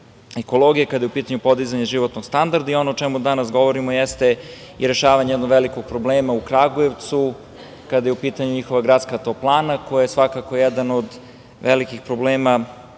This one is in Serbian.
ekologija, kada je u pitanju podizanje životnog standarda. Ono o čemu danas govorimo jeste i rešavanje jednog velikog problema u Kragujevcu, kada je u pitanju njihova gradska toplana koja je svakako jedan od velikih problema